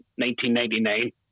1999